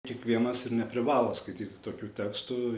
kiekvienas ir neprivalo skaityti tokių tekstų